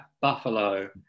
Buffalo